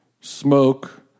smoke